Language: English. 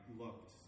looked